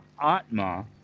Atma